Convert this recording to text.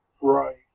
Right